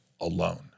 alone